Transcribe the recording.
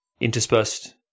interspersed